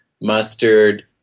mustard